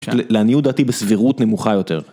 לעניות דעתי בסבירות נמוכה יותר.